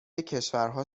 کشورها